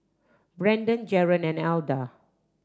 Brendon Jaron and Alda